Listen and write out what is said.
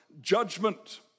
judgment